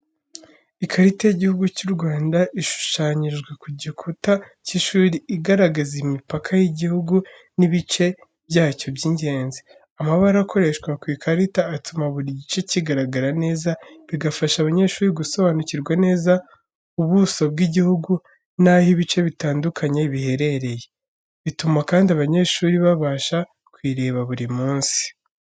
Ikarita y'igihugu cy'u Rwanda ishushanyijwe ku gikuta cy'ishuri igaragaza imipaka y'igihugu n'ibice byacyo by'ingenzi. Amabara akoreshwa ku ikarita atuma buri gice kigaragara neza, bigafasha abanyeshuri gusobanukirwa neza ubuso bw'igihugu n'aho ibice bitandukanye biherereye. Bituma kandi abanyeshuri babasha kuyireba buri munsi.